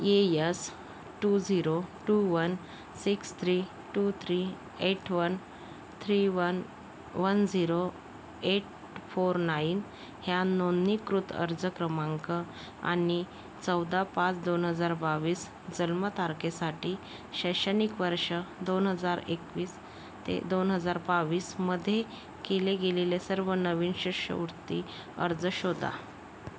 E S two zero two one six three two three eight one three one one zero eight four nine या नोंदणीकृत अर्ज क्रमांक आणि चौदा पाच दोन हजार बावीस जन्मतारखेसाठी शैक्षणिक वर्ष दोन हजार एकवीस ते दोन हजार बावीसमध्ये केले गेलेले सर्व नवीन शिष्यवृत्ती अर्ज शोधा